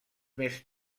més